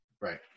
Right